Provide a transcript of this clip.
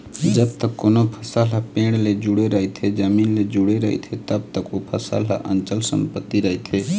जब तक कोनो फसल ह पेड़ ले जुड़े रहिथे, जमीन ले जुड़े रहिथे तब तक ओ फसल ह अंचल संपत्ति रहिथे